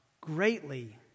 greatly